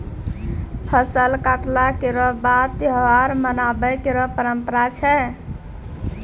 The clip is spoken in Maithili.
फसल कटला केरो बाद त्योहार मनाबय केरो परंपरा छै